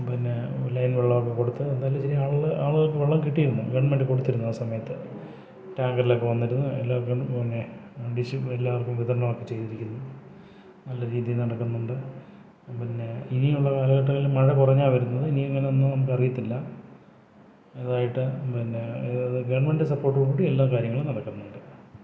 പിന്നെ ലൈൻ വെള്ളം ഒക്കെ കൊടുത്ത് എന്തായാലും ശരി ആളുകൾ ആളുകൾക്ക് വെള്ളം കിട്ടിയിരുന്നു ഗവൺമെൻറ്റ് കൊടുത്തിരുന്നു ആ സമയത്ത് ടാങ്കർലൊക്കെ വന്നിരുന്നു എല്ലാവർക്കും പിന്നെ എല്ലാവർക്കും വിതരണം ഒക്കെ ചെയ്തിരിക്കുന്നു നല്ല രീതിയിൽ നടക്കുന്നുണ്ട് പിന്നെ ഇനിയുള്ള കാലഘട്ടത്തിൽ മഴ കുറഞ്ഞാണ് വരുന്നത് ഇനി എങ്ങനെയാണെന്ന് നമുക്ക് അറിയത്തില്ല അതായിട്ട് പിന്നെ ഗവൺമെൻറ്റ് സപ്പോർട്ടോടു കൂടി എല്ലാകാര്യങ്ങളും നടക്കുന്നുണ്ട്